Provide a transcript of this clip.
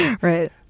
Right